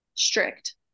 strict